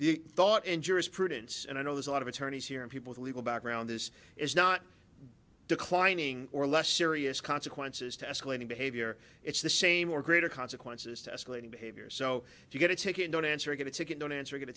the thought in jurisprudence and i know there's a lot of attorneys here and people who legal background this is not declining or less serious consequences to escalating behavior it's the same or greater consequences to escalating behavior so if you get a ticket don't answer get a ticket don't answer